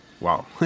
Wow